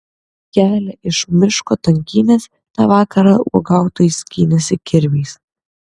kelią iš miško tankynės tą vakarą uogautojai skynėsi kirviais